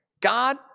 God